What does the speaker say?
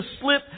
slip